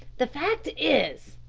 the fact is,